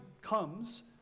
comes